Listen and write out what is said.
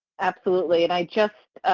absolutely. and i just